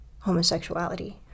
homosexuality